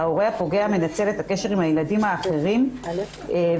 ההורה הפוגע מנצל את הקשר עם הילדים האחרים ואת